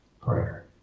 prayer